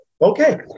Okay